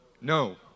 No